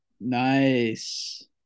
nice